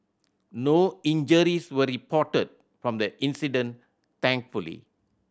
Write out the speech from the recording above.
no injuries were reported from the incident thankfully